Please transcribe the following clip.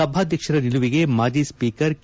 ಸಭಾಧ್ಯಕ್ಷರ ನಿಲುವಿಗೆ ಮಾಜಿ ಸ್ಸೀಕರ್ ಕೆ